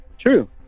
True